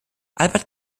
albert